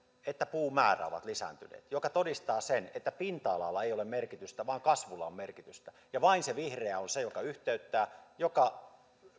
että puun määrä ovat lisääntyneet ja se todistaa sen että pinta alalla ei ole merkitystä vaan kasvulla on merkitystä vain se vihreä on se joka yhteyttää joka